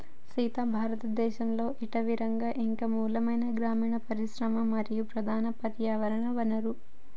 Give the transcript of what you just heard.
సీత భారతదేసంలో అటవీరంగం ఇంక మూలమైన గ్రామీన పరిశ్రమ మరియు ప్రధాన పర్యావరణ వనరు